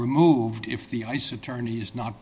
removed if the ice attorney is not